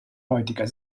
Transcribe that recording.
heutiger